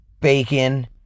bacon